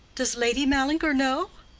does lady mallinger know?